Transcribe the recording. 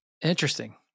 interesting